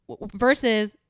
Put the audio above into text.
versus